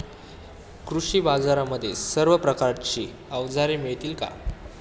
कृषी बाजारांमध्ये सर्व प्रकारची अवजारे मिळतील का?